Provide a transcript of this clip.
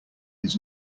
his